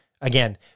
Again